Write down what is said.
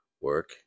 work